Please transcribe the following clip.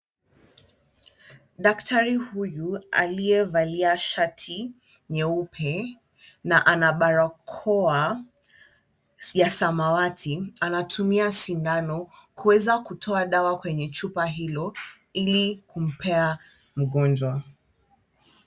Daktari huyu aliyevalia shati nyeupe na ana barakoa ya samawati anatumia sindano kuweza kutoa dawa kwenye chupa hilo ili kumpea mgonjwa.